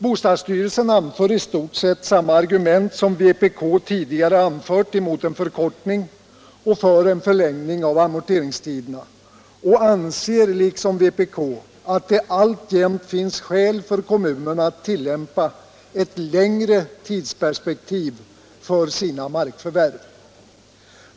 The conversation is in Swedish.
Bostadsstyrelsen anför i stort sett samma argument som vpk tidigare anfört mot en förkortning och för en förlängning av amorteringstiderna och anser liksom vpk att det alltjämt finns skäl för kommunerna att tillämpa ett längre tidsperspektiv för sina markförvärv.